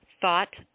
Thought